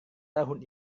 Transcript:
tahun